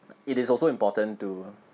it is also important to